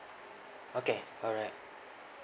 okay alright